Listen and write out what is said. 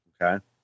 Okay